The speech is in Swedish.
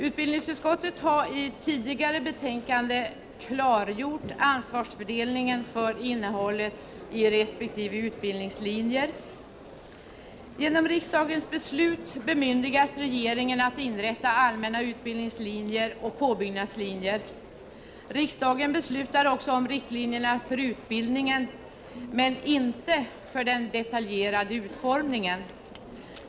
Utbildningsutskottet har i tidigare betänkanden klargjort ansvarsfördelningen för innehållet i resp. utbildningslinjer. Genom riksdagens beslut bemyndigas regeringen att inrätta allmänna utbildningslinjer och påbyggnadslinjer. Riksdagen beslutar också om riktlinjerna "för utbildningen men inte för den detaljerade utformningen.